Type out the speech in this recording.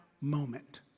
moment